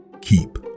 Keep